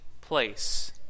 place